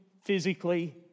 physically